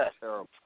terrible